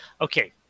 Okay